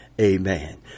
Amen